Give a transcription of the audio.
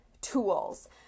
tools